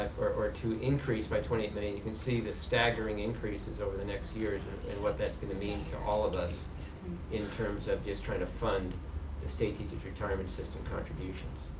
or to increase by twenty eight million, you can see the staggering increases over the next years and what that's going to mean to all of us in terms of just trying to fund the state teachers retirement system contributions.